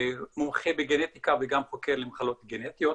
מומחה בגנטיקה וגם חוקר למחלות גנטיות.